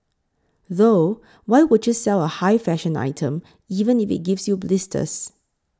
though why would you sell a high fashion item even if it gives you blisters